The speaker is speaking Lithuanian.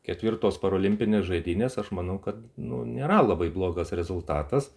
ketvirtos parolimpinės žaidynės aš manau kad nu nėra labai blogas rezultatas